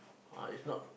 ah if not